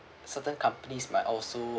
certain companies might also